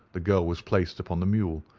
the girl was placed upon the mule,